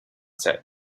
said